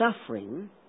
suffering